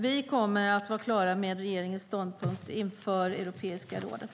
Vi kommer att vara klara med regeringens ståndpunkt inför europeiska rådet.